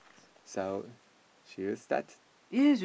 so should you start